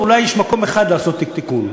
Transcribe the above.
אולי יש מקום אחד לעשות תיקון: